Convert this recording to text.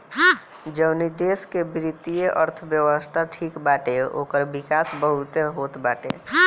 जवनी देस के वित्तीय अर्थव्यवस्था ठीक बाटे ओकर विकास बहुते होत बाटे